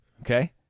Okay